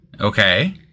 Okay